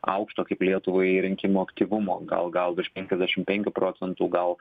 aukšto kaip lietuvai rinkimų aktyvumo gal gal virš penkiasdešimt penkių procentų gal